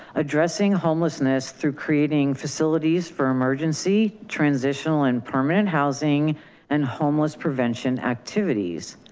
addressing homelessness through creating facilities for emergency transitional and permanent housing and homeless prevention activities.